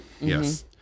Yes